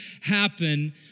happen